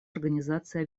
организации